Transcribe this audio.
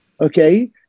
okay